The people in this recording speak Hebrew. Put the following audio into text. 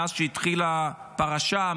מאז שהתחילה הפרשה,